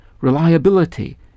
reliability